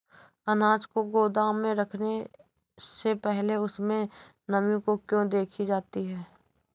अनाज को गोदाम में रखने से पहले उसमें नमी को क्यो देखी जाती है?